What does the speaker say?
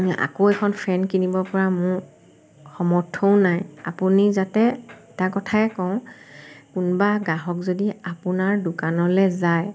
আকৌ এখন ফেন কিনিব পৰা মোৰ সমৰ্থও নাই আপুনি যাতে এটা কথাই কওঁ কোনবা গ্ৰাহক যদি আপোনাৰ দোকানলৈ যায়